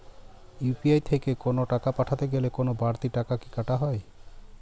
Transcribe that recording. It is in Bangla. ইউ.পি.আই দিয়ে কোন টাকা পাঠাতে গেলে কোন বারতি টাকা কি কাটা হয়?